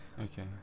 Okay